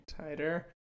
tighter